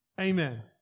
Amen